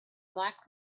black